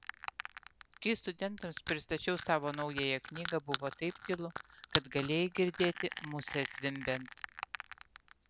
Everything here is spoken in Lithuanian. kai studentams pristačiau savo naująją knygą buvo taip tylu kad galėjai girdėti musę zvimbiant